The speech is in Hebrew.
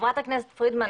חברת הכנסת פרידמן,